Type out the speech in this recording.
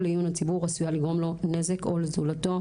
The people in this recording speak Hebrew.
לעיון הציבור עלולה לגרום לו נזק או לזולתו.